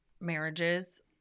marriages